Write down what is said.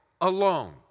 alone